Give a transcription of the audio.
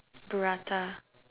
burrata